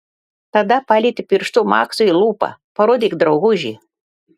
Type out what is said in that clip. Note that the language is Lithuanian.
tada palietė pirštu maksui lūpą parodyk drauguži